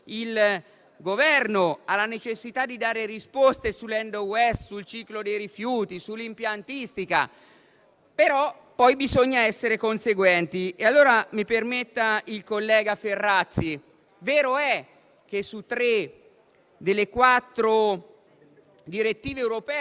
chiedere di avere delle risposte, ridurre la produzione di rifiuti, aumentare il riciclo e poi imporre - chiedo un minimo di attenzione, perché è un passaggio importante, e mi rivolgo anche al Governo, perché fa ancora in tempo a correggere lo schema di decreto